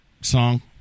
song